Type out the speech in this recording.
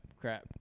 crap